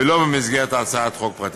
ולא במסגרת הצעת חוק פרטית.